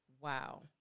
Wow